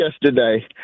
yesterday